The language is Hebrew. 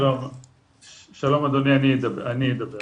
שלום אדוני, אני אדבר.